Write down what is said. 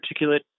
particulate